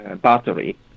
battery